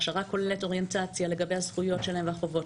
הכשרה כוללת אוריינטציה לגבי הזכויות והחובות